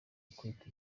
kwita